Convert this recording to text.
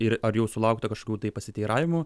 ir ar jau sulaukta kažkokių tai pasiteiravimų